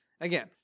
Again